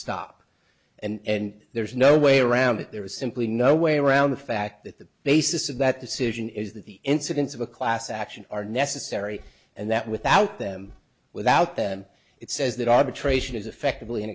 stop and there's no way around it there is simply no way around the fact that the basis of that decision is that the incidence of a class action are necessary and that without them without then it says that arbitration is effectively